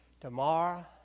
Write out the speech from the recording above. Tomorrow